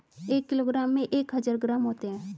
एक किलोग्राम में एक हजार ग्राम होते हैं